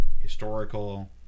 historical